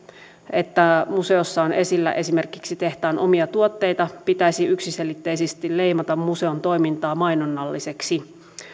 että museossa on esillä esimerkiksi tehtaan omia tuotteita pitäisi yksiselitteisesti leimata museon toimintaa mainonnalliseksi